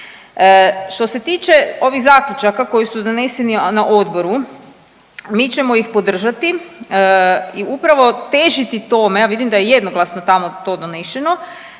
Što se tiče ovih zaključaka koji su doneseni na odboru, mi ćemo ih podržati i upravo težiti tome, a vidim da je jednoglasno tamo to donešeno,